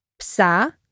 psa